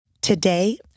Today